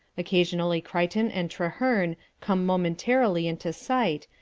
occasionally crichton and treherne come momentarily into sight,